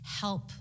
help